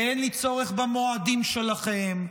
ואין לי צורך במועדים שלכם,